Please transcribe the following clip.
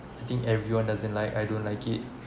I think everyone doesn't like I don't like it